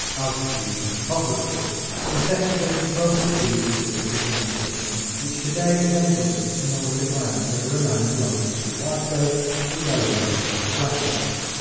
altitude and topography necessitated most of these physical differentiations which today enable us to know at a glance whether a man belongs to the white race, the yellow race, or the black race.